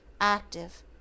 active